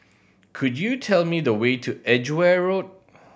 could you tell me the way to Edgeware Road